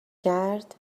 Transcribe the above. کرد